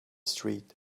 street